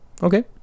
Okay